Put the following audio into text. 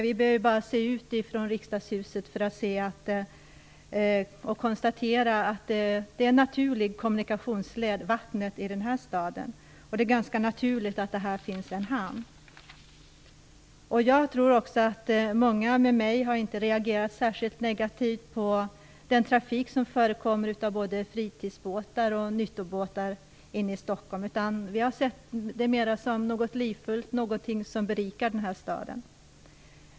Vi behöver bara se ut från Riksdagshuset för att kunna konstatera att vattnet i den här staden är en naturlig kommunikationsled. Det är ganska naturligt att det finns en hamn här. Jag, och många med mig, tror jag, har inte reagerat särskilt negativt på den trafik som förekommer - det gäller då både fritidsbåtar och nyttobåtar - inne i Stockholm. I stället har vi mera sett det som något livfullt och som något som berikar den här staden.